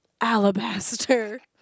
Alabaster